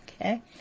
Okay